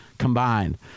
combined